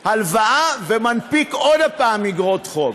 הלוואה, ומנפיק עוד פעם איגרות חוב.